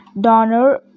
donor